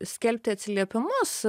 skelbti atsiliepimus